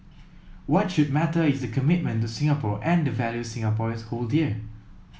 what should matter is the commitment to Singapore and the values Singaporeans hold dear